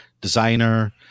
designer